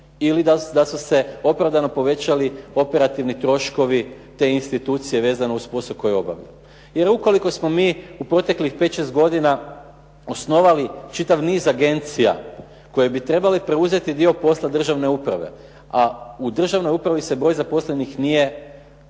ili da su se opravdano povećali operativni troškovi te institucije vezano uz posao koji obavljaju. Jer ukoliko smo mi u proteklih 5, 6 godina osnovali čitav niz agencija koje bi trebali preuzeti dio posla državne uprave, a u državnoj upravi se broj zaposlenih nije smanjio,